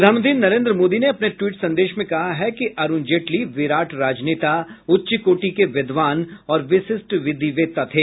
प्रधानमंत्री नरेन्द्र मोदी ने अपने ट्वीट संदेश में कहा है कि अरुण जेटली विराट राजनेता उच्च कोटि के विद्वान और विशिष्ट विधिवेत्ता थे